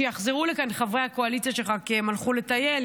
כשיחזרו לכאן חברי הקואליציה שלך כי הם הלכו לטייל,